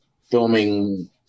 filming